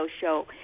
show